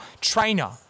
trainer